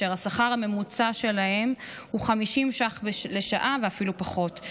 והשכר הממוצע שלהם הוא 50 שקל לשעה ואפילו פחות.